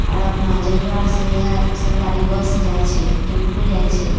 आओर अपना जजुआरसँ इएह सरकारी बस जाइत छै टेम्फू जाइत छै